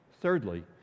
Thirdly